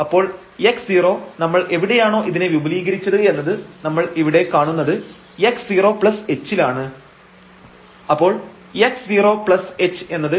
അപ്പോൾ x0 നമ്മൾ എവിടെയാണോ ഇതിനെ വിപുലീകരിച്ചത് എന്നത് നമ്മൾ ഇവിടെ കാണുന്നത് x0h ലാണ്